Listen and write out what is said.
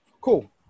Cool